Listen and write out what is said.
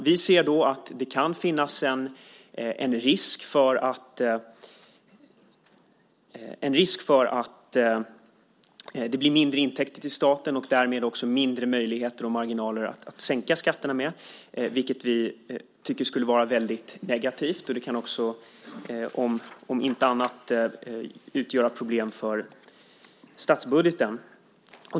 Vi ser att det kan finnas en risk för att det blir mindre intäkter till staten och därmed också mindre möjligheter och marginaler att sänka skatterna med, vilket vi tycker skulle vara väldigt negativt. Det kan också om inte annat utgöra problem för statsbudgeten.